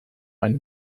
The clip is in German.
eine